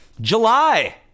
July